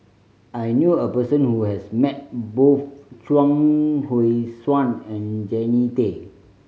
I knew a person who has met both Chuang Hui Tsuan and Jannie Tay